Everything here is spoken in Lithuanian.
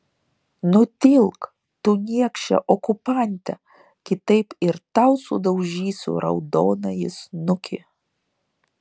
nutilk tu niekše okupante kitaip ir tau sudaužysiu raudonąjį snukį